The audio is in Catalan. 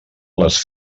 les